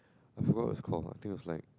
I forgot what is it called I think was like